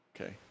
Okay